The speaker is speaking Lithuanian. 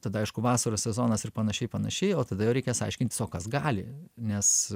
tada aišku vasaros sezonas ir panašiai panašiai o tada jau reikės aiškintis o kas gali nes